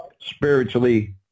Spiritually